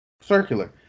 circular